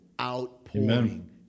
outpouring